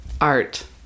Art